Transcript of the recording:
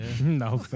No